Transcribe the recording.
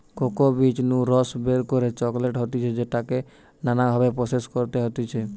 cocoa বীজ নু রস বের করে চকলেট হতিছে যেটাকে নানা ভাবে প্রসেস করতে হতিছে